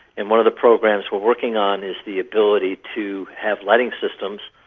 and one of the programs we're working on is the ability to have lighting systems,